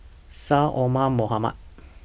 Syed Omar Mohamed